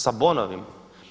Sa bonovima.